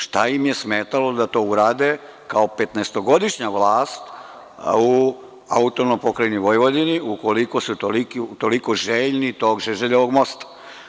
Šta im je smetalo da to urade kao petnaestogodišnja vlast u AP Vojvodini ukoliko su toliko željni tog „Žeželjevog mosta“